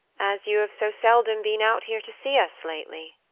as you have so seldom been out here to see us lately.